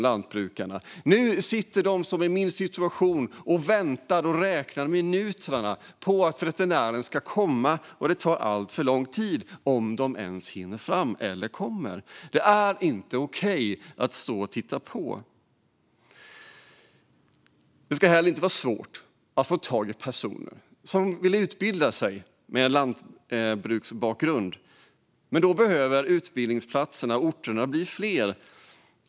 De befinner sig nu i samma situation som jag gjorde och väntar och räknar minuterna tills veterinären kommer. Det tar alltför lång tid innan de hinner fram, om de ens kommer. Det känns inte okej att stå och titta på. Det ska heller inte vara svårt att få tag på personer med lantbruksbakgrund som vill utbilda sig, men då behöver utbildningsplatserna och utbildningsorterna bli fler.